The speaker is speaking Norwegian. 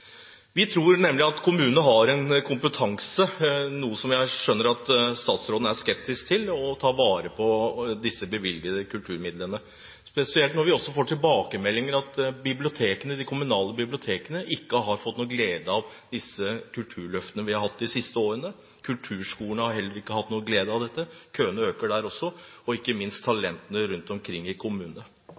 Vi tror nemlig at kommunene har kompetanse – noe jeg skjønner statsråden er skeptisk til – til å ta vare på disse bevilgede kulturmidlene. Spesielt er det når vi også får tilbakemeldinger om at de kommunale bibliotekene ikke har fått noen glede av disse kulturløftene vi har hatt de siste årene. Kulturskolene har ikke hatt noen glede av dette – køene øker der også – og heller ikke talentene rundt omkring i kommunene.